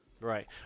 Right